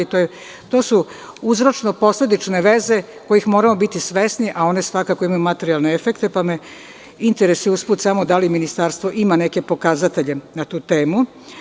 To su uzročno-posledične veze kojih moramo biti svesni, a one svakako imaju materijalne efekte, pa me interesuje da li Ministarstvo ima neke pokazatelje na tu temu?